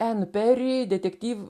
anne perry detektyv